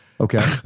Okay